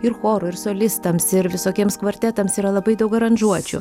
ir chorų ir solistams ir visokiems kvartetams yra labai daug aranžuočių